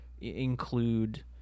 include